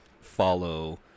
follow